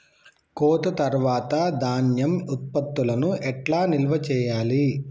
కోత తర్వాత ధాన్యం ఉత్పత్తులను ఎట్లా నిల్వ చేయాలి?